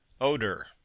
Odor